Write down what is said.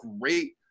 great